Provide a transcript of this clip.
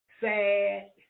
sad